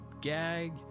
gag